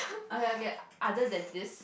okay okay other than this